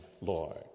Lord